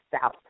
south